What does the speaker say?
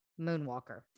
Moonwalker